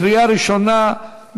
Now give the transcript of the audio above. קריאה ראשונה,